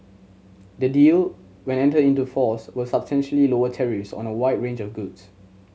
the deal when entered into force will substantially lower tariffs on a wide range of goods